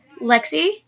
Lexi